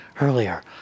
earlier